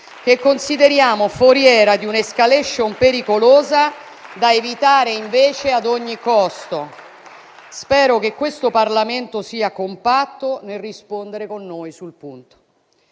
che consideriamo foriera di un'*escalation* pericolosa da evitare invece ad ogni costo. Spero che questo Parlamento sia compatto nel rispondere con noi sul punto.